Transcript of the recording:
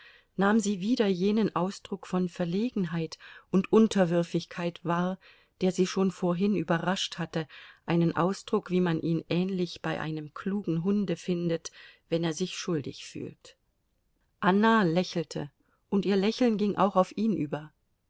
nahm sie wieder jenen ausdruck von verlegenheit und unterwürfigkeit wahr der sie schon vorhin überrascht hatte einen ausdruck wie man ihn ähnlich bei einem klugen hunde findet wenn er sich schuldig fühlt anna lächelte und ihr lächeln ging auch auf ihn über